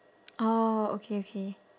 orh okay okay